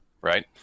right